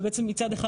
אז מצד אחד,